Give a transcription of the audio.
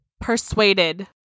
persuaded